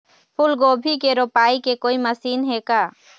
फूलगोभी के रोपाई के कोई मशीन हे का?